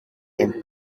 and